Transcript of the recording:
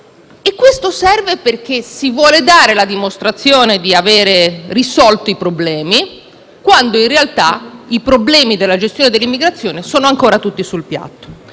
e questo serve perché si vuole dare la dimostrazione di avere risolto i problemi quando in realtà i problemi della gestione dell'immigrazione sono ancora tutti sul piatto.